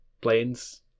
Planes